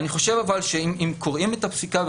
אבל אם קוראים את הפסיקה,